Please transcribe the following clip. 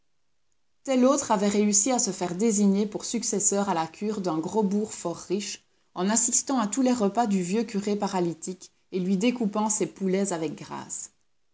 tel autre avait réussi à se faire désigner pour successeur à la cure d'un gros bourg fort riche en assistant à tous les repas du vieux curé paralytique et lui découpant ses poulets avec grâce